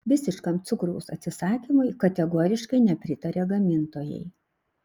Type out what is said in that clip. visiškam cukraus atsisakymui kategoriškai nepritaria gamintojai